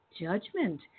judgment